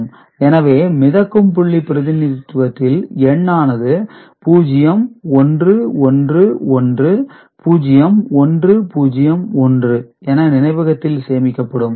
Number M x 2E எனவே மிதக்கும் புள்ளி பிரதிநிதித்துவத்தில் எண்ணானது 01110101 என நினைவகத்தில் சேமிக்கப்படும்